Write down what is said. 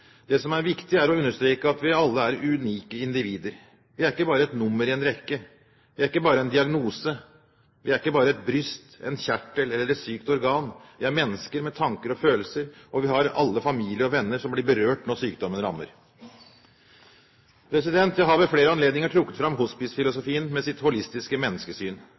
Det som er viktig, er å understreke at vi alle er unike individer. Vi er ikke bare et nummer i en rekke. Vi er ikke bare en diagnose. Vi er ikke bare et bryst, en kjertel eller et sykt organ. Vi er mennesker med tanker og følelser, og vi har alle familie og venner som blir berørt når sykdommen rammer. Jeg har ved flere anledninger trukket fram hospicefilosofien med sitt holistiske menneskesyn.